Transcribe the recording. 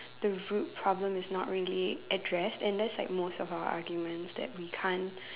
the root problem is not really addressed and that's like most of our arguments that we can't